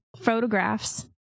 photographs